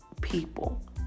people